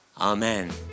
Amen